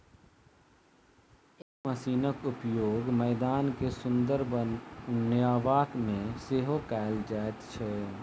एहि मशीनक उपयोग मैदान के सुंदर बनयबा मे सेहो कयल जाइत छै